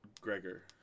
Gregor